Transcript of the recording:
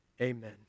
Amen